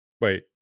Wait